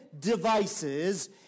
devices